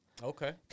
Okay